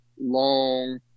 long